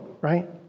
right